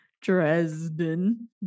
Dresden